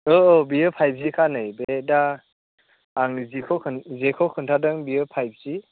औ औ बेयो फाइभजिखा नै बे दा आं जेखौ जेखौ खोन्थादों बेयो फाइभजि